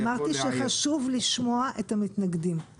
אמרתי שחשוב לשמוע את המתנגדים,